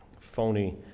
phony